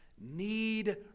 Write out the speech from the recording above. need